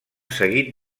seguit